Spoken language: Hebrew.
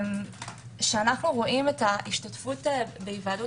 אנחנו רואים את ההשתתפות בהיוועדות